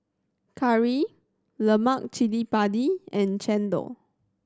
curry lemak cili padi and chendol